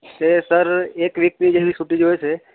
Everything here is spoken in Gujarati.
છે સર એક વીકની જેવી છુટ્ટી જોઈએ છે